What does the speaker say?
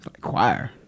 Choir